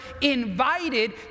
invited